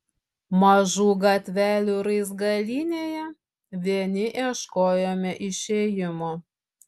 mažų gatvelių raizgalynėje vieni ieškojome išėjimo